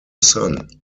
sun